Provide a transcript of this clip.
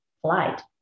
flight